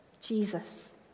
Jesus